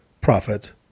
profit